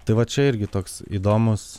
tai va čia irgi toks įdomus